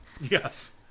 yes